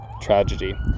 tragedy